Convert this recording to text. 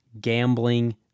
gambling